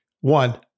one